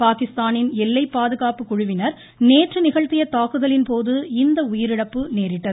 பாகிஸ்தானின் எல்லை பாதுகாப்பு குழுவினர் நேற்று நிகழ்த்திய தாக்குதலின் போது இந்த உயிரிழப்பு நேரிட்டது